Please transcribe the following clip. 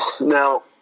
Now